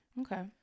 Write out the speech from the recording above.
okay